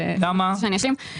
אתה רוצה שאני אשלים?